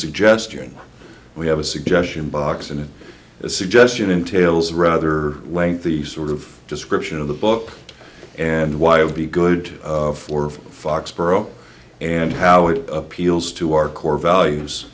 suggestion we have a suggestion box and a suggestion entails a rather lengthy sort of description of the book and why it would be good for foxboro and how it appeals to our core values